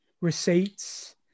receipts